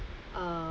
uh